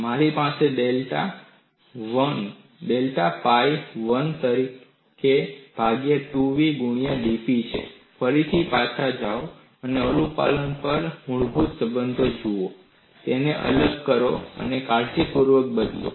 મારી પાસે delta pi 1 તરીકે ભાગ્યા 2 v ગુણ્યા dp છે ફરીથી પાછા જાઓ અને અનુપાલન પર મૂળભૂત સંબંધ જુઓ તેને અલગ કરો અને તેને કાળજીપૂર્વક બદલો